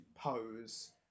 pose